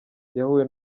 yahuye